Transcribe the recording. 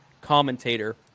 commentator